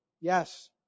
Yes